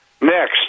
Next